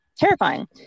terrifying